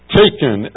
taken